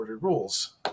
rules